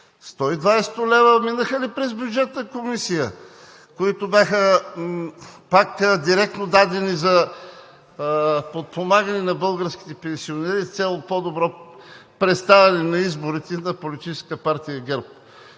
лева минаха ли през Бюджетната комисия, които бяха пак директно дадени за подпомагане на българските пенсионери с цел по-добро представяне на изборите на Политическа партия ГЕРБ?